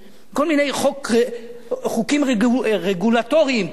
כל מיני חוקים רגולטוריים כאלה,